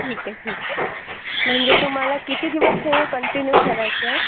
ठीक आहे ठीक आहे म्हणजे तुम्हाला किती दिवस हे कंटिन्यू ठेवायचं आहे